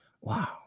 Wow